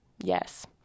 Yes